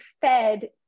fed